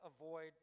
avoid